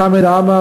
חמד עמאר,